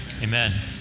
Amen